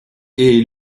est